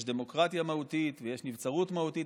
יש דמוקרטיה מהותית ויש נבצרות מהותית,